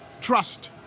trust